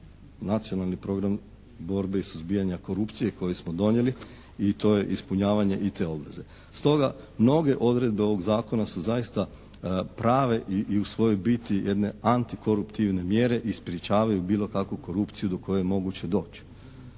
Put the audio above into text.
nacionalni program borbe i suzbijanja korupcije koji smo donijeli i to je ispunjavanje i te obveze. Stoga mnoge odredbe ovog zakona su zaista prave i u svojoj biti jedne antikoruptivne mjere i sprječavaju bilo kakvu korupciju do koje je moguće doći.